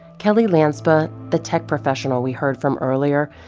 kelly lanspa, the tech professional we heard from earlier,